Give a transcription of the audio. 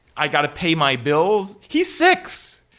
i got to pay my bills. he's six.